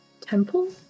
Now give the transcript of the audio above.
temple